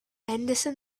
henderson